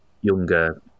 younger